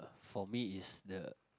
for me is the